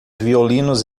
violinos